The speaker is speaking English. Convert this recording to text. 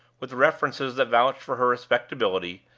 with references that vouched for her respectability,